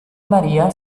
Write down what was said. maria